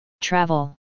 Travel